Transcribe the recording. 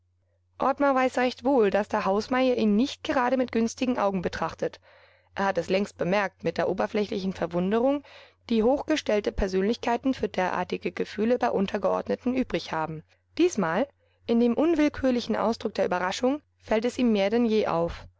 ottmar weiß recht wohl daß der hausmeier ihn nicht gerade mit günstigen augen betrachtet er hat es längst bemerkt mit der oberflächlichen verwunderung die hochgestellte persönlichkeiten für derartige gefühle bei untergeordneten übrig haben diesmal in dem unwillkürlichen ausdruck der überraschung fällt es ihm mehr denn je auf